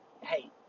hey